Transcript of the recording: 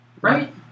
Right